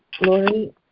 Lori